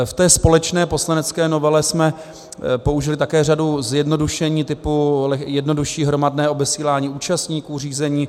V té společné poslanecké novele jsme použili také řadu zjednodušení typu jednodušší hromadné obesílání účastníků řízení.